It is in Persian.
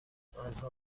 آنها